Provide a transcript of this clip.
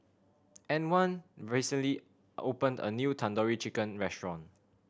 Antwan recently opened a new Tandoori Chicken Restaurant